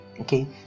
okay